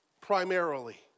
primarily